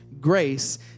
grace